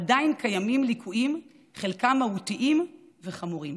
עדיין קיימים ליקויים, חלקם מהותיים וחמורים,